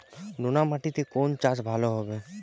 নোনা মাটিতে কোন চাষ ভালো হবে?